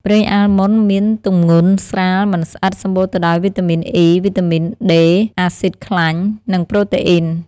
ប្រេងអាល់ម៉ុន មានទម្ងន់ស្រាល មិនស្អិត សម្បូរទៅដោយវីតាមីន អុី (E) វីតាមីន ដេ (D) អាស៊ីដខ្លាញ់ និងប្រូតេអ៊ីន។